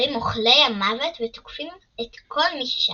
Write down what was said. באים אוכלי המוות ותוקפים את כל מי ששם,